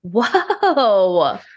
Whoa